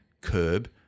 curb